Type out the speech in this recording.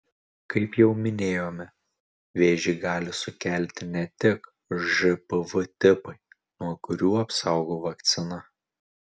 kaip jau minėjome vėžį gali sukelti ne tik žpv tipai nuo kurių apsaugo vakcina